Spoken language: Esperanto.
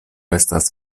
estas